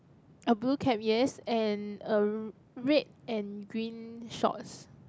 a blue cap yes and a r~ red and green shorts